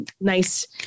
nice